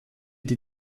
die